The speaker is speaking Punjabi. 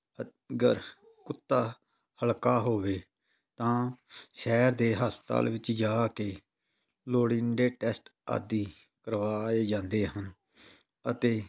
ਅਗਰ ਕੁੱਤਾ ਹਲਕਿਆ ਹੋਵੇ ਤਾਂ ਸ਼ਹਿਰ ਦੇ ਹਸਪਤਾਲ ਵਿੱਚ ਜਾ ਕੇ ਲੋੜੀਂਦੇ ਟੈਸਟ ਆਦਿ ਕਰਵਾਏ ਜਾਂਦੇ ਹਨ ਅਤੇ